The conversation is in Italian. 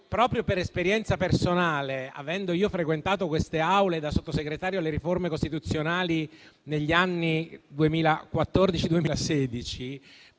proprio per esperienza personale, avendo io frequentato queste Aule da Sottosegretario alle riforme costituzionali negli anni 2014-2016,